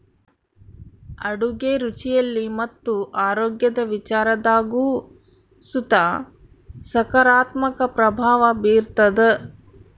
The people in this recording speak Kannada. ಅಡುಗೆ ರುಚಿಯಲ್ಲಿ ಮತ್ತು ಆರೋಗ್ಯದ ವಿಚಾರದಾಗು ಸುತ ಸಕಾರಾತ್ಮಕ ಪ್ರಭಾವ ಬೀರ್ತಾದ